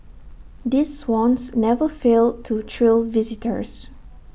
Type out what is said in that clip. these swans never fail to thrill visitors